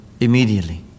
Immediately